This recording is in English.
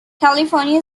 california